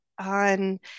on